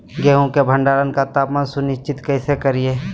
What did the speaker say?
गेहूं का भंडारण का तापमान सुनिश्चित कैसे करिये?